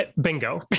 Bingo